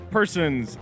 Person's